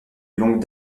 longue